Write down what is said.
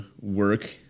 work